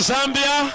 Zambia